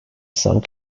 some